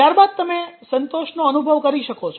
ત્યાર બાદ તમે સંતોષનો અનુભવ કરી શકો છો